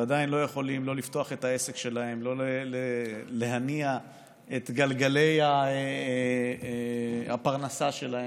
ועדיין לא יכולים לפתוח את העסק שלהם ולהניע את גלגלי הפרנסה שלהם.